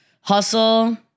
hustle